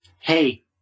Hey